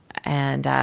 and